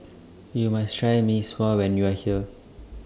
YOU must Try Mee Sua when YOU Are here